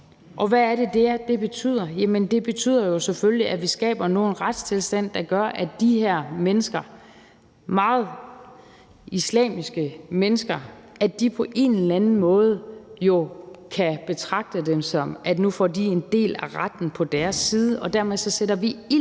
Koranen. Hvad betyder det? Det betyder jo selvfølgelig, at vi nu skaber en retstilstand, der gør, at de her meget islamiske mennesker på en eller anden måde kan betragte det på den måde, at nu får de en del af retten på deres side, og dermed sætter vi ild til